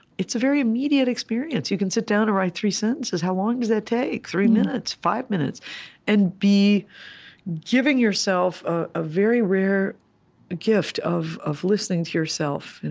it's a very immediate experience. you can sit down and write three sentences how long does that take? three minutes, five minutes and be giving yourself ah a very rare gift of of listening to yourself, and